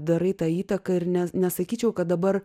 darai tą įtaką ir nes nesakyčiau kad dabar